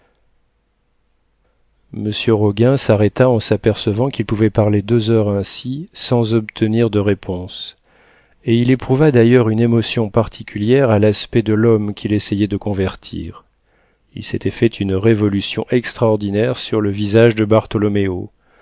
monsieur roguin s'arrêta en s'apercevant qu'il pouvait parler deux heures ainsi sans obtenir de réponse et il éprouva d'ailleurs une émotion particulière à l'aspect de l'homme qu'il essayait de convertir il s'était fait une révolution extraordinaire sur le visage de bartholoméo